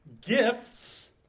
gifts